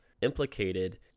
implicated